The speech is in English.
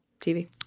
TV